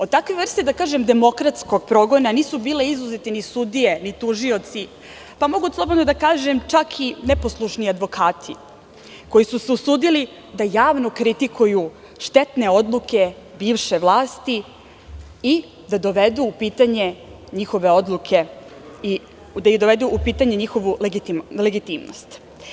Od takve vrste, da kažem, demokratskog progona nisu bile izuzete ni sudije, ni tužioci, pa mogu slobodno da kažem čak i neposlušni advokati koji su se usudili da javno kritikuju štetne odluke bivše vlasti i da dovedu u pitanje njihove odluke i da dovedu u pitanju njihovu legitimnost.